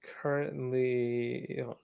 currently